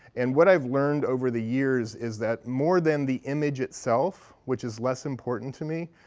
and what i've learned over the years is that more than the image itself, which is less important to me,